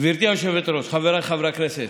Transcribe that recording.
גברתי היושבת-ראש, חבריי חברי הכנסת,